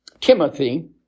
Timothy